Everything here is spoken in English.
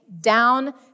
down